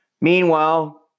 Meanwhile